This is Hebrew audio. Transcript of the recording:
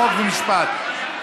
חוק ומשפט.